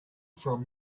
from